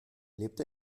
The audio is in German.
lebt